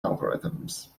algorithms